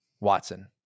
Watson